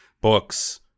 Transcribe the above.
books